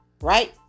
right